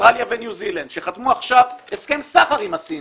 אוסטרליה וניו זילנד שחתמו עכשיו על הסכם סחר עם הסינים,